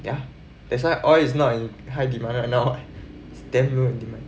ya that's why oil is not in high demand right it's damn low